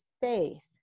faith